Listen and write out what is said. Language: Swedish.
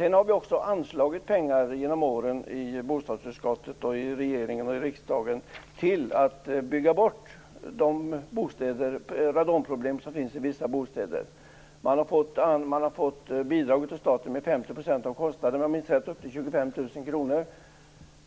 Under årens lopp har bostadsutskottet, regeringen och riksdagen anslagit pengar till att bygga bort de radonproblem som finns i vissa bostäder. Det har gått att få bidrag av staten med 50 % av kostnaden upp till 25 000 kr, om jag minns